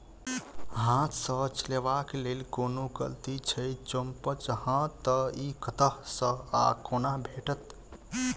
हाथ सऽ चलेबाक लेल कोनों कल्टी छै, जौंपच हाँ तऽ, इ कतह सऽ आ कोना भेटत?